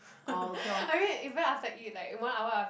I mean even after I eat like one hour